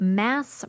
mass